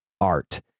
art